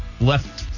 left –